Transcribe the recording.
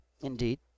Indeed